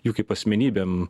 juk kaip asmenybėm